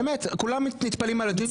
באמת כולם נטפלים על הג'ינג'י ואני לא חושש.